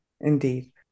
Indeed